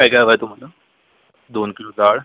काय काय हवं आहे तुम्हाला दोन किलो डाळ